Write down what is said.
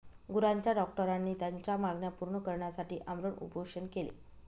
गुरांच्या डॉक्टरांनी त्यांच्या मागण्या पूर्ण करण्यासाठी आमरण उपोषण केले